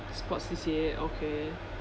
sports C_C_A okay